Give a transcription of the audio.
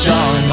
John